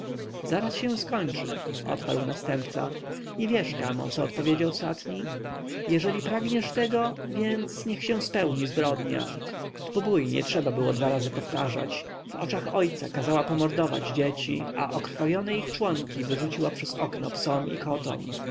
zaraz się skończy odparł następca i wiesz kamo co odpowiedział satni jeżeli pragniesz tego więc niech się spełni zbrodnia tbubui nie trzeba było dwa razy powtarzać w oczach ojca kazała pomordować dzieci a okrwawione ich członki wyrzuciła przez okno psom i kotom